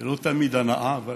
לא תמיד הנאה אבל